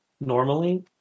normally